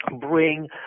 bring